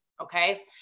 Okay